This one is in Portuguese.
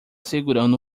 segurando